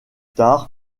tard